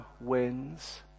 wins